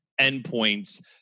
endpoints